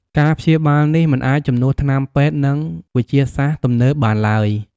ការព្យាបាលនេះមិនអាចជំនួសថ្នាំពេទ្យ និងវិទ្យាសាស្ត្រទំនើបបានឡើយ។